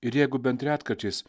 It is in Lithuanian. ir jeigu bent retkarčiais